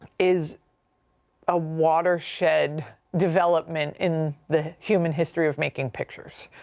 is a watershed development in the human history of making pictures.